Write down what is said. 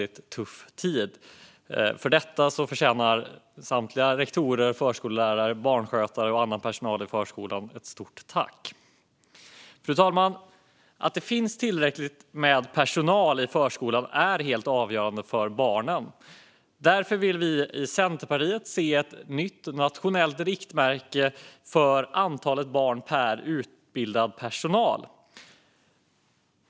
För detta förtjänar samtliga rektorer, förskollärare, barnskötare och annan personal i förskolan ett stort tack. Fru talman! Att det finns tillräckligt med personal i förskolan är helt avgörande för barnen. Därför vill vi i Centerpartiet se ett nytt nationellt riktmärke för antalet barn per utbildad personal.